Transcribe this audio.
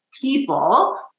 people